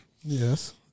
Yes